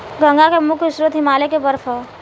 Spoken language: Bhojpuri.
गंगा के मुख्य स्रोत हिमालय के बर्फ ह